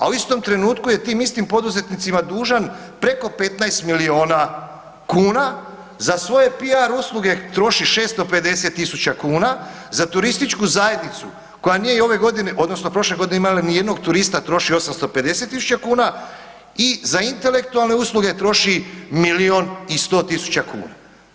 A u istom trenutku je tim istim poduzetnicima dužan preko 15 milijuna kuna, za svoje PR usluge troši 650 tisuća kuna, za turističku zajednicu koja nije ove godine, odnosno prošle godine, imala nijednog turista, troši 850 tisuća kuna i za intelektualne usluge troši milijun i 100 tisuća kuna.